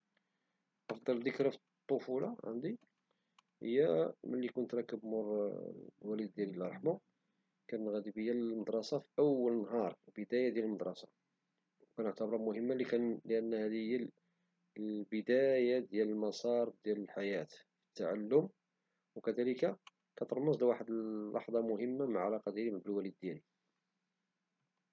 أفضل ذكرى في الطفولة عندي هي ملي كنت راكب مور الوالد ديالي رحمه الله كان غادي بي للمدرسة أول نهار البداية د المدرسة، وكنهتبرها مهمة لأن هدي هي البداية ديال المسار ديال الحياة التعلم وكذلك كترمز لواحد اللحظة مهمة من علاقتي بالوالد ديالي.